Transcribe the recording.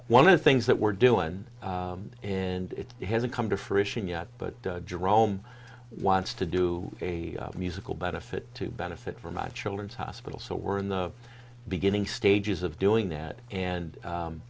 one of the things that we're doing and it hasn't come to fruition yet but jerome wants to do a musical benefit to benefit for my children's hospital so we're in the beginning stages of doing that and